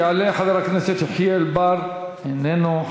יעלה חבר הכנסת יחיאל בר, איננו.